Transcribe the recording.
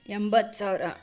ಎಂಬತ್ತು ಸಾವಿರ